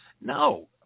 No